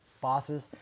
bosses